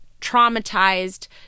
traumatized